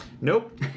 nope